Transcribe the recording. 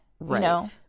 Right